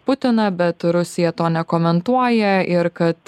putiną bet rusija to nekomentuoja ir kad